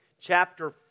chapter